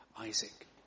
Isaac